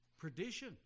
perdition